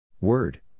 Word